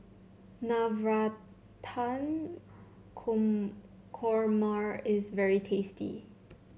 Navratan Korma is very tasty